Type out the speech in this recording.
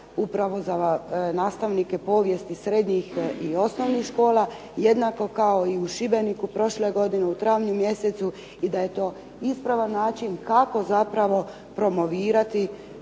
upravo za nastavnike povijesti srednjih i osnovnih škola, jednako kao i u Šibeniku prošle godine u travnju mjesecu i da je to ispravan način kako zapravo promovirati